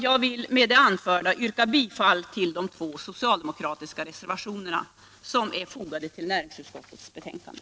Jag vill med det anförda yrka bifall till de två socialdemokratiska reservationerna som är fogade till näringsutskottets betänkande.